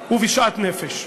ובשאט-נפש.